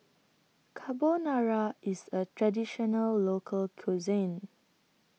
Carbonara IS A Traditional Local Cuisine